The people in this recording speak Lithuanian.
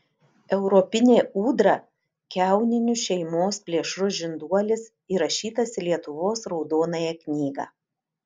europinė ūdra kiauninių šeimos plėšrus žinduolis įrašytas į lietuvos raudonąją knygą